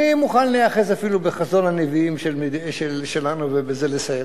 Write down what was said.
אני מוכן להיאחז אפילו בחזון הנביאים שלנו ובזה לסיים.